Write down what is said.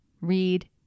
Read